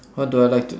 what do I like to